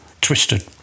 twisted